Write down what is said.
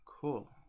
cool